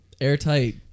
Airtight